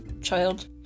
child